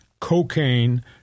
cocaine